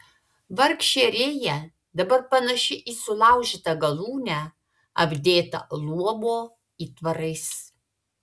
vargšė rėja dabar panaši į sulaužytą galūnę apdėtą luobo įtvarais